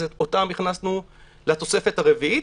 אז אותם הכנסנו לתוספת הרביעית.